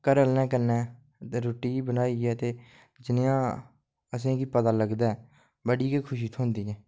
घरे आह्लें कन्नै दे रुटी बनाई ऐ दे जनेहा असें गी पता लगदा बड़ी गै खुशी थोंह्दी ऐ